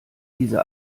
diese